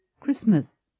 Christmas